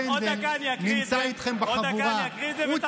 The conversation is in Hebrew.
עוד דקה אקריא את זה ותחזור בך.